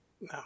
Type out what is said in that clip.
No